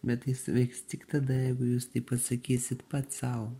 bet jis veiks tik tada jeigu jūs tai pasakysit pats sau